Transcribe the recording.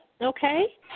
Okay